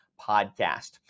podcast